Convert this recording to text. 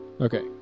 Okay